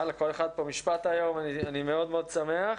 כל אחד פה משפט היום, אני מאוד מאוד שמח.